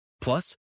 Plus